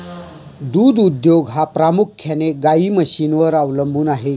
दूध उद्योग हा प्रामुख्याने गाई म्हशींवर अवलंबून आहे